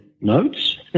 notes